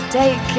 take